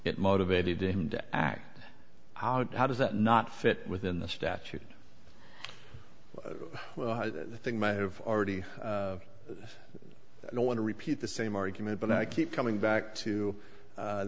it motivated him to act how does that not fit within the statute well the thing might have already i don't want to repeat the same argument but i keep coming back to